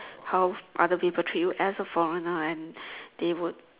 how other people treat you as a foreigner and they would